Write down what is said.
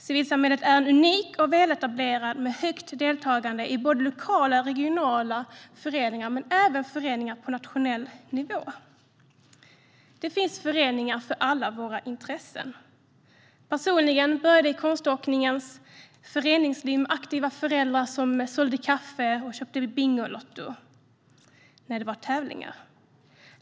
Civilsamhället är unikt och väletablerat med högt deltagande i både lokala och regionala föreningar men även i föreningar på nationell nivå. Det finns föreningar för alla våra intressen. Personligen började det i konståkningens föreningsliv med aktiva föräldrar som sålde kaffe och köpte bingolotter vid tävlingar.